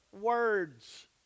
words